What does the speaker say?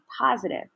positive